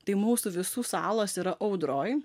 tai mūsų visų salos yra audroj